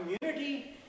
community